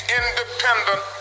independent